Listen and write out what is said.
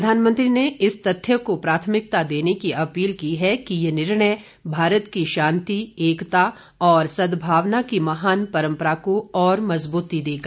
प्रधानमंत्री ने इस तथ्य को प्राथमिकता देने की अपील की कि यह निर्णय भारत की शांति एकता और सद्भावना की महान परंपरा को और मजबूती देगा